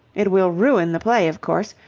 it will ruin the play, of course.